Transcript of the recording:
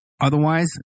Otherwise